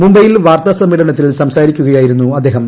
മുംബൈയിൽ ് വാർത്താ സമ്മേളനത്തിൽ സംസാരിക്കുകയായിരുന്നു അദ്ദേഹം